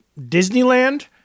disneyland